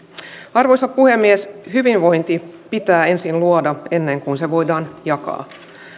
arvoisa puhemies hyvinvointi pitää ensin luoda ennen kuin se voidaan jakaa